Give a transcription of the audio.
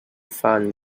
fan